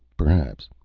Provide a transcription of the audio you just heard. perhaps.